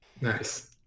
Nice